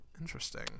Interesting